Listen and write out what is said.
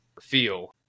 feel